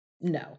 no